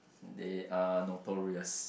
they uh notorious